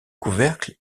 couvercle